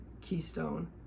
Keystone